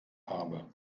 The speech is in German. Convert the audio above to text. habe